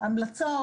ההמלצות